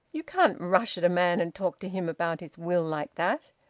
you can't rush at a man and talk to him about his will like that.